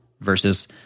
versus